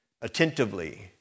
attentively